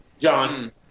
John